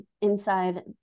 inside